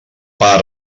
per